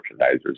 merchandisers